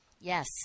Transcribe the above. Yes